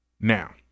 Now